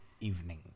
evening